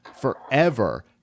forever